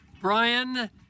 Brian